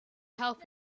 help